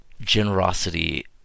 generosity